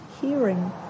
hearing